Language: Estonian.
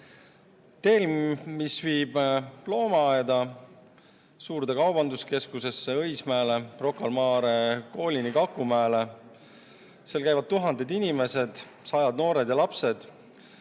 Teel, mis viib loomaaeda, suurde kaubanduskeskusesse, Õismäele, Rocca al Mare koolini, Kakumäele, kus käivad tuhanded inimesed, sajad noored ja lapsed,